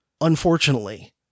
unfortunately